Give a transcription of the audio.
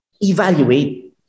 Evaluate